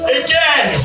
again